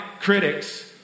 critics